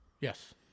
Yes